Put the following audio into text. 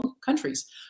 countries